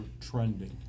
trending